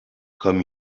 comme